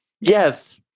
Yes